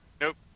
Nope